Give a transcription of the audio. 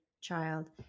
child